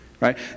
Right